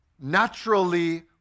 naturally